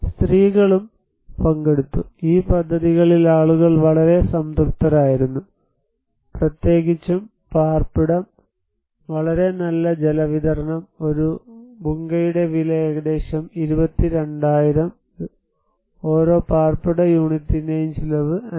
സ്ത്രീകളും പങ്കെടുത്തു ഈ പദ്ധതികളിൽ ആളുകൾ വളരെ സംതൃപ്തരായിരുന്നു പ്രത്യേകിച്ചും പാർപ്പിടം വളരെ നല്ല ജലവിതരണം ഒരു ഭുങ്കയുടെ വില ഏകദേശം 22000 ഓരോ പാർപ്പിട യൂണിറ്റിന്റെയും ചെലവ് 55000